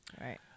Right